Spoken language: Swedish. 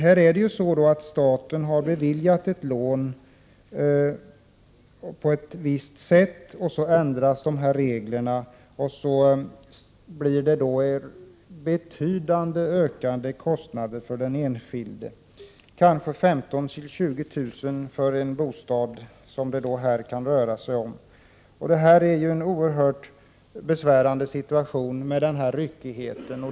Staten har alltså beviljat ett lån under vissa förutsättningar, reglerna ändras och det blir betydande ökande kostnader för den enskilde — kanske 15 000 till 20 000 kr. för en bostad. Denna ryckighet är en oerhört besvärande situation.